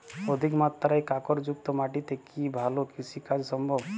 অধিকমাত্রায় কাঁকরযুক্ত মাটিতে কি ভালো কৃষিকাজ সম্ভব?